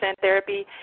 therapy